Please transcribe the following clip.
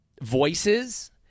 voices